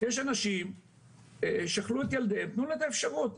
יש אנשים ששכלו את ילדיהם אז תתנו להם את האפשרות,